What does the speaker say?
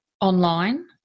online